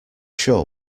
sure